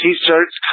T-shirts